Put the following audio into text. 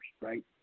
right